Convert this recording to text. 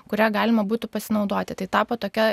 kurią galima būtų pasinaudoti tai tapo tokia